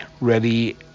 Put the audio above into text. ready